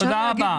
תודה רבה.